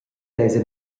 mesa